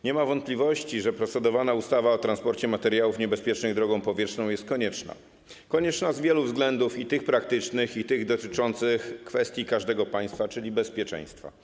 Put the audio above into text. Nie ma wątpliwości, że procedowana ustawa o transporcie materiałów niebezpiecznych drogą powietrzną jest konieczna z wielu względów, i tych praktycznych, i tych dotyczących każdego państwa, czyli względów bezpieczeństwa.